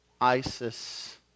ISIS